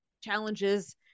challenges